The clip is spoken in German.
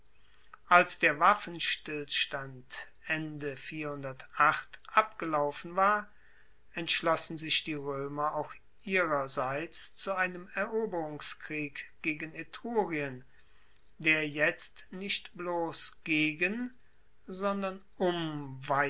als der waffenstillstand ende abgelaufen war entschlossen sich die roemer auch ihrerseits zu einem eroberungskrieg gegen etrurien der jetzt nicht bloss gegen sondern um